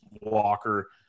Walker